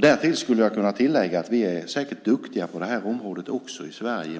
Därtill kan jag tillägga att vi i Sverige säkert är duktiga på det här området också,